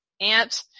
aunt